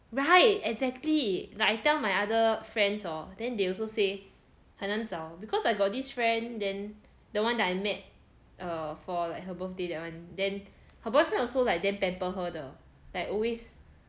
right exactly like I tell my other friends hor then they also say 很难找 cause I got this friend then the one that I met err for like her birthday that one then her boyfriend also like damn pamper her 的 like always